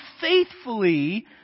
faithfully